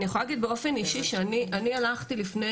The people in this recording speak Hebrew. אני יכולה להגיד באופן אישי שאני הלכתי לפני